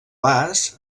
vas